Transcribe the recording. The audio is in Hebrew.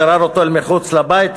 גרר אותו אל מחוץ לבית,